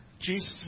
Jesus